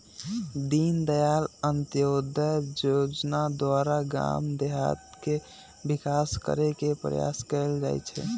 दीनदयाल अंत्योदय जोजना द्वारा गाम देहात के विकास करे के प्रयास कएल जाइ छइ